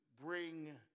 bring